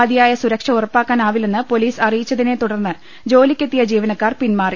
മതിയായ സുരക്ഷ ഉറപ്പാക്കാനാവില്ലെന്ന് പൊലീസ് അറിയിച്ച തിനെതുടർന്ന് ജോലിക്കെത്തിയ ജീവനക്കാർ പിന്മാറി